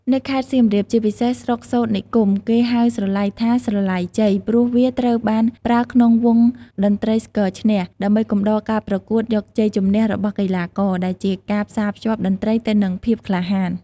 នៅខេត្តសៀមរាប ជាពិសេសស្រុកសូត្រនិគម គេហៅស្រឡៃថា «ស្រឡៃជ័យ» ព្រោះវាត្រូវបានប្រើក្នុងវង់តន្ត្រីស្គរឈ្នះ ដើម្បីកំដរការប្រយុទ្ធយកជ័យជំនះរបស់កីឡាករ ដែលជាការផ្សារភ្ជាប់តន្ត្រីទៅនឹងភាពក្លាហាន។